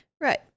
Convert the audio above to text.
Right